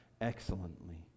excellently